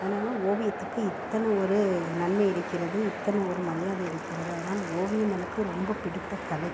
அதனால ஓவியத்துக்கு இத்தனை ஒரு நன்மை இருக்கிறது இத்தனை ஒரு மரியாதை இருக்கிறது அதனால் ஓவியம் எனக்கு ரொம்ப பிடித்த கலை